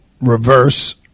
reverse